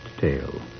tale